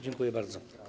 Dziękuję bardzo.